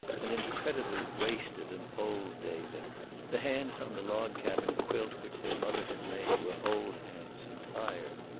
an incredibly wasted and old david the hands on the log-cabin quilt which their mother had made were old hands, and tired.